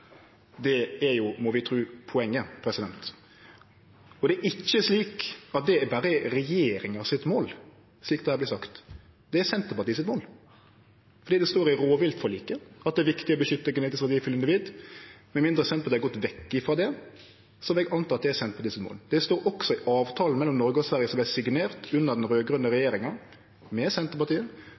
det ikkje ynglar. Det er jo, må vi tru, poenget. Og det er ikkje slik at det berre er regjeringa sitt mål, slik det her vert sagt. Det er Senterpartiets mål, for det står i rovviltforliket at det er viktig å beskytte genetisk verdifulle individ. Med mindre Senterpartiet har gått vekk frå det, vil eg anta at det er Senterpartiets mål. Det står også i avtalen mellom Noreg og Sverige som vart signert under den raud-grøne regjeringa, med Senterpartiet,